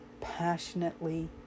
passionately